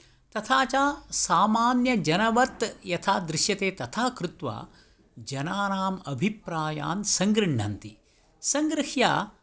तथा च सामान्यजनवत् यथा दृश्यते तथा कृत्वा जनानाम् अभिप्रायान् संगृह्णन्ति संगृह्य